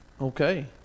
Okay